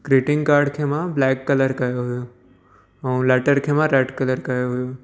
greeting card खे मां black colour कयो हुयो ऐं लैटर खे मां रेड कलर कयो हुयो